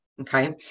Okay